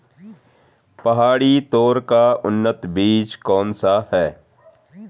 पहाड़ी तोर का उन्नत बीज कौन सा है?